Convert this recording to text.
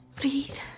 Breathe